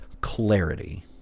clarity